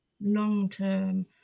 long-term